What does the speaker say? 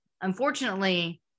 Unfortunately